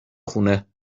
خونه